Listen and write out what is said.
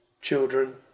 children